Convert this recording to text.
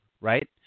right